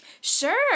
Sure